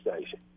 Station